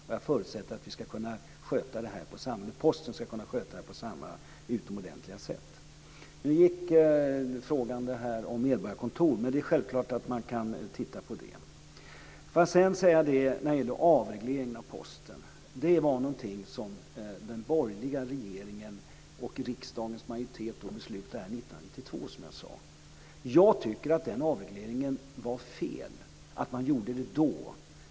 Och jag förutsätter att Posten ska kunna sköta detta på samma utomordentliga sätt. Det är självklart att man kan titta på frågan om medborgarkontor. Det var den borgerliga regeringen och den dåvarande riksdagsmajoriteten som fattade beslut om avregleringen av Posten 1992. Jag tycker att det var fel att man gjorde den avregleringen då.